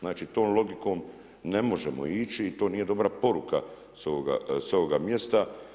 Znači tom logikom ne možemo ići i to nije dobra poruka sa ovoga mjesta.